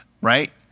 right